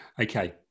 Okay